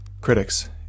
Critics